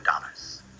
dollars